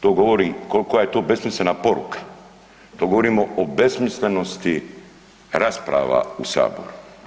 To govori koliko je to besmislena poruka, to govorimo o besmislenosti rasprava u Saboru.